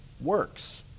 works